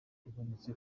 ibonetse